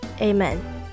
amen